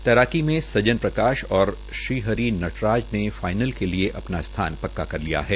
तैराकी में सजन प्रकाश और श्रीहरि नटराज ने फाईनल के लिए अपना स्थान पक्का कर लिया है